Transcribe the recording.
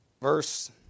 Verse